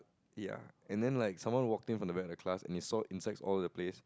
ya and then like someone walked in from the back of the class and he saw insects all over the place